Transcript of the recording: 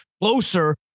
closer